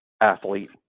athlete